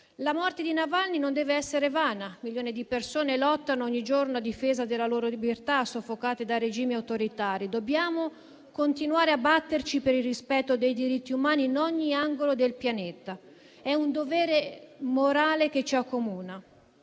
La morte di Navalny non dev'essere vana. Milioni di persone lottano ogni giorno a difesa della loro libertà, soffocate da regime autoritari. Dobbiamo continuare a batterci per il rispetto dei diritti umani in ogni angolo del pianeta: è un dovere morale che ci accomuna.